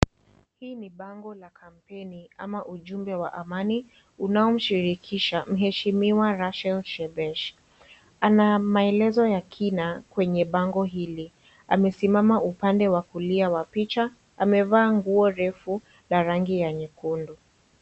Hii ni bango la kampeni ama ujumbe wa amani unayomshirikisha, mheshimiwa Rachel Shebesh. Ana maelezo ya kina kwenye bango hili, amesimama upande wa kulia wa picha, amevaa nguo refu ya rangi ya nyekundu.